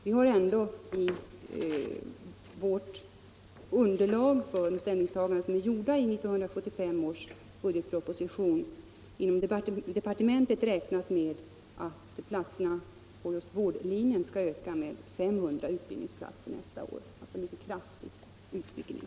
Vi har ändå i underlaget för ställningstagandet i 1975 års budgetproposition inom departementet räknat med att utbildningsplatserna på just vårdlinjen skall öka med 500 nästa år, alltså en mycket kraftig utvidgning.